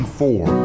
four